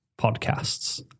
podcasts